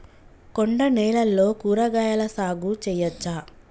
కొండ నేలల్లో కూరగాయల సాగు చేయచ్చా?